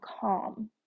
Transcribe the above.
calm